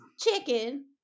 chicken